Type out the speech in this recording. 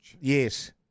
Yes